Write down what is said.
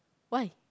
why